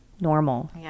normal